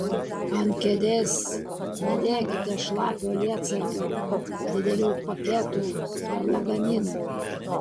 ant kėdės nedėkite šlapio lietsargio didelių paketų ar lagaminų